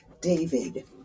David